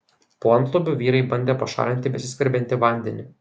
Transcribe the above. po antlubiu vyrai bandė pašalinti besiskverbiantį vandenį